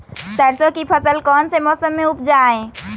सरसों की फसल कौन से मौसम में उपजाए?